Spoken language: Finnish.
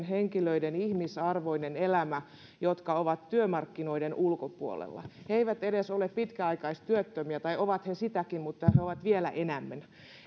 henkilöiden ihmisarvoinen elämä jotka ovat työmarkkinoiden ulkopuolella he eivät edes ole pitkäaikaistyöttömiä tai ovat he sitäkin mutta he ovat vielä enemmän